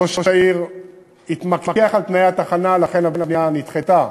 ראש העיר התמקח על תנאי התחנה, לכן הבנייה נדחתה.